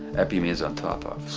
epi means on top of,